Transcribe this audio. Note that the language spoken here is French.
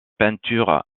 peinture